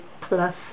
plus